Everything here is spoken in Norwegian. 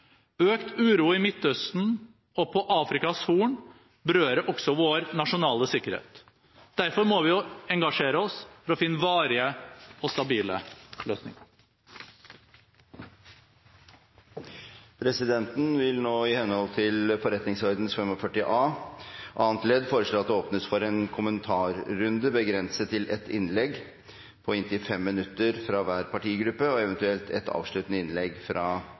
Økt uro i Midtøsten og på Afrikas Horn berører også vår nasjonale sikkerhet. Derfor må vi engasjere oss for å finne varige og stabile løsninger. Presidenten vil nå, i henhold til Stortingets forretningsorden § 45, foreslå at det åpnes for en kommentarrunde begrenset til ett innlegg på inntil 5 minutter fra hver partigruppe og eventuelt et avsluttende innlegg fra